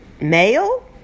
male